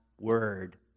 word